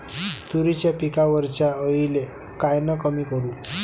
तुरीच्या पिकावरच्या अळीले कायनं कमी करू?